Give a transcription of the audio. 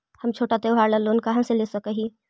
हम छोटा त्योहार ला लोन कहाँ से ले सक ही?